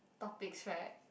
topics right